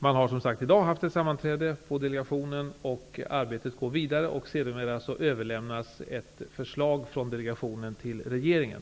Man har, som sagt, i dag haft ett sammanträde i delegationen, och arbetet går vidare. Sedermera skall ett förslag överlämnas från delegationen till regeringen.